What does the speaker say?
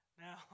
Now